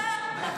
אתה בוחר לגור שם.